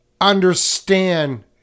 understand